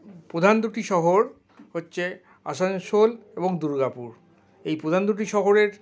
প্রধান দুটি শহর হচ্ছে আসানসোল এবং দুর্গাপুর এই প্রধান দুটি শহরের